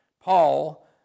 Paul